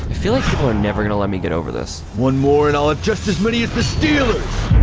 i feel like people are never going to let me get over this. one more and i'll have just as many as the steelers!